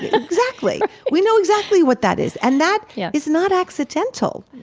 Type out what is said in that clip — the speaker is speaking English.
exactly. we know exactly what that is and that yeah is not accidental.